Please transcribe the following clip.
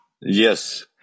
Yes